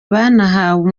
banahawe